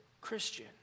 Christian